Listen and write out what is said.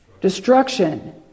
Destruction